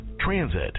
transit